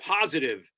positive